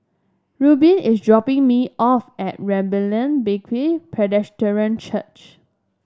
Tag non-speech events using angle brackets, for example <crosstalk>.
Rubin is dropping me off at <unintelligible> Church